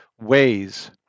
ways